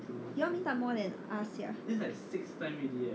you all meet up more than us sia